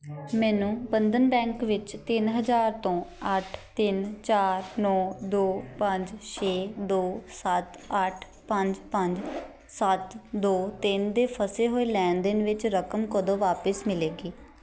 ਮੈਨੂੰ ਬੰਧਨ ਬੈਂਕ ਵਿੱਚ ਤਿੰਨ ਹਜ਼ਾਰ ਤੋਂ ਅੱਠ ਤਿੰਨ ਚਾਰ ਨੌ ਦੋ ਪੰਜ ਛੇ ਦੋ ਸੱਤ ਅੱਠ ਪੰਜ ਪੰਜ ਸੱਤ ਦੋ ਤਿੰਨ ਦੇ ਫਸੇ ਹੋਏ ਲੈਣ ਦੇਣ ਵਿੱਚ ਰਕਮ ਕਦੋਂ ਵਾਪਸ ਮਿਲੇਗੀ